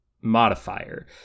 modifier